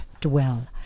dwell